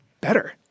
better